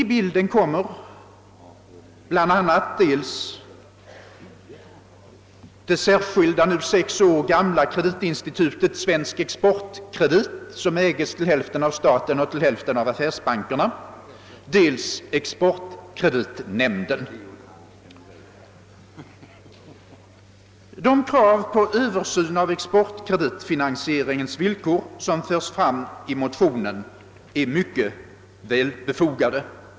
In i bilden kommer bl.a. dels det nu sex år gamla kreditinstitutet AB Svensk exportkredit som ägs till hälften av staten och till hälften av affärsbankerna, och dels exportkreditnämnden. De krav på översyn av exportkreditfinansieringens villkor som framförs i motionen är mycket välbefogade.